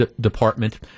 department